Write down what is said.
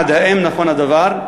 1. האם נכון הדבר?